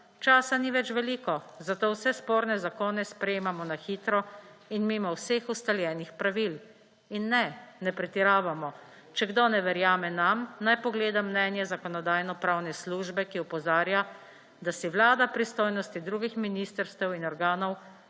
Časa ni več veliko, zato vse sporne zakone sprejemamo na hitro in mimo vseh ustaljenih pravil. In ne, ne pretiravamo. Če kdo ne verjame nam, naj pogleda mnenje Zakonodajno-pravne službe, ki opozarja, da si vlada pristojnosti drugih ministrstev in organov